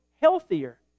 healthier